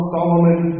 Solomon